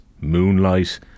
Moonlight